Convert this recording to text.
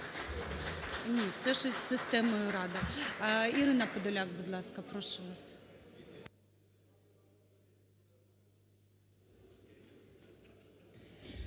Ні, це щось з системою "Рада". Ірина Подоляк, будь ласка, прошу вас.